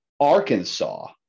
Arkansas